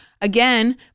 Again